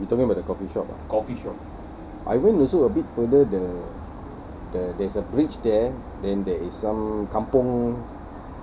you talking about the coffeeshop I go also a bit further the the there's a bridge there then there is some kampung